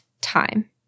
time